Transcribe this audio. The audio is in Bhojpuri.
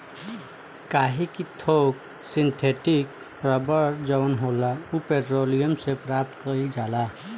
काहे कि थोक सिंथेटिक रबड़ जवन होला उ पेट्रोलियम से प्राप्त कईल जाला